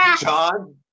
John